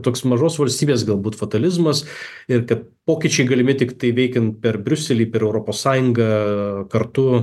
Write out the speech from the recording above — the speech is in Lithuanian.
toks mažos valstybės galbūt fatalizmas ir kad pokyčiai galimi tiktai veikiant per briuselį per europos sąjungą kartu